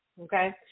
okay